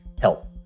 help